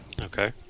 Okay